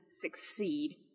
succeed